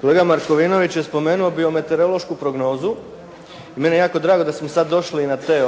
Kolega Markovinović je spomenuo biometeorološku prognozu. Meni je jako drago da smo sad došli i na te